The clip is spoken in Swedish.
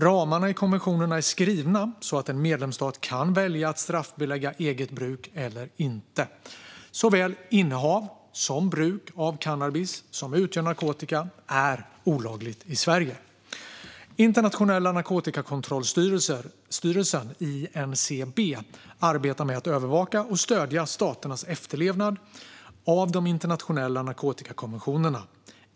Ramarna i konventionerna är skrivna så att en medlemsstat kan välja att straffbelägga eget bruk eller inte. Såväl innehav som bruk av cannabis, som utgör narkotika, är olagligt i Sverige. Internationella narkotikakontrollstyrelsen, INCB, arbetar med att övervaka och stödja staternas efterlevnad av de internationella narkotikakonventionerna.